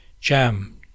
Jam